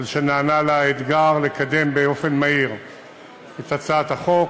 על שנענה לאתגר לקדם באופן מהיר את הצעת החוק,